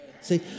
See